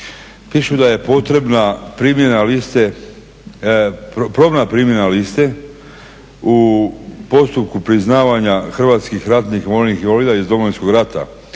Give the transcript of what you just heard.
liste, probna primjena liste u postupku priznavanja Hrvatskih ratnih vojnih invalida iz Domovinskog rata